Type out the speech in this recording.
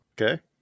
okay